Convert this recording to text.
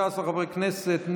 13 חברי כנסת,